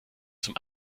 zum